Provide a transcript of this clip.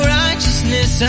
righteousness